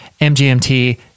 MGMT